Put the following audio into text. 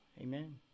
Amen